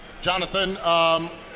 Jonathan